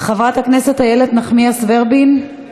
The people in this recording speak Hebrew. חברת הכנסת איילת נחמיאס ורבין,